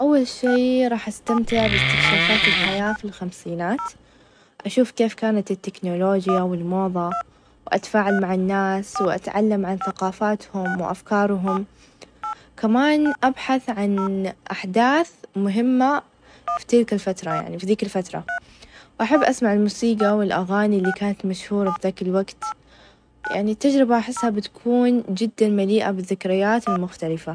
أول شي راح استمتع باستكشافات الحياة في الخمسينات، أشوف كيف كانت التكنولوجيا والموظة ،وأتفاعل مع الناس، وأتعلم عن ثقافاتهم وأفكارهم، كمان أبحث عن أحداث مهمة في تلك الفترة يعني في ذيك الفترة ،وأحب أسمع الموسيقى ،والأغاني اللي كانت مشهورة في ذاك الوقت، يعني تجربة أحسها بتكون جدًا مليئة بالذكريات المختلفة.